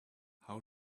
how